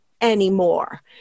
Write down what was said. anymore